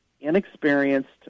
inexperienced